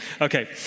Okay